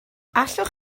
allwch